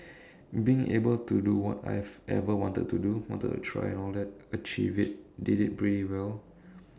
being able to do what I have ever wanted to do wanted to try and all that achieve it did it pretty well